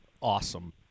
awesome